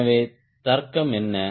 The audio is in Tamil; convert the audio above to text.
எனவே தர்க்கம் என்ன